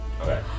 Okay